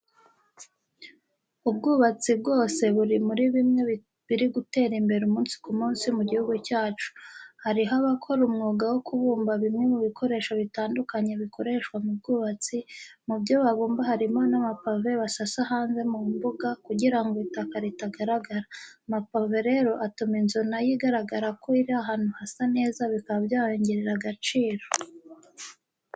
Ubwubatsi rwose buri muri bimwe biri gutera imbere umunsi ku munsi mu gihugu cyacu. Hariho abakora umwuga wo kubumba bimwe mu bikoresho bitandukanye bikoreshwa mu bwubatsi, mu byo babumba harimo n'amapave basasa hanze mu mbuga kugira ngo itaka ritagaragara. Amapave rero atuma inzu nayo igaragara ko iri ahantu hasa neza bikaba byayongerera agaciro.